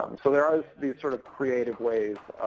um so there are these sort of creative ways